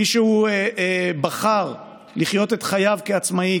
מי שבחר לחיות את חייו כעצמאי,